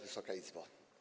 Wysoka Izbo!